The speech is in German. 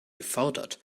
gefordert